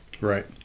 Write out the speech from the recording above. Right